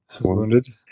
wounded